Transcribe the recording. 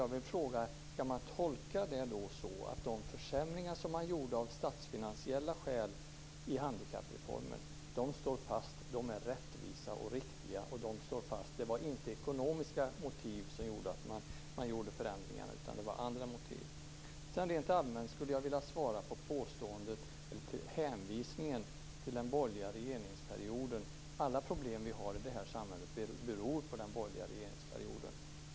Jag vill fråga: Skall man tolka det så att de försämringar som man gjorde i handikappreformen av statsfinansiella skäl står fast? Är de rättvisa och riktiga? Står de fast? Det var alltså inte ekonomiska motiv till att man gjorde förändringarna, utan det var andra motiv. Sedan skulle jag rent allmänt vilja kommentera hänvisningen till den borgerliga regeringsperioden. Alla problem vi har i det här samhället beror på den borgerliga regeringsperioden.